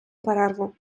перерву